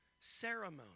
Ceremony